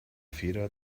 feder